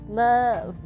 love